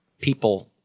people